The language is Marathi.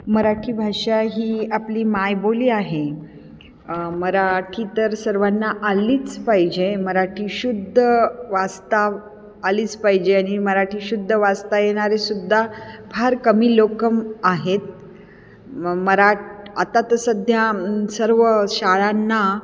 मराठी भाषा ही आपली मायबोली आहे मराठी तर सर्वांना आलीच पाहिजे मराठी शुद्ध वाचता आलीच पाहिजे आणि मराठी शुद्ध वाचता येणारेसुद्धा फार कमी लोकं आहेत म मराठी आता तर सध्या सर्व शाळांना